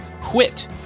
Quit